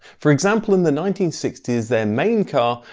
for example, in the nineteen sixty s their main car,